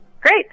Great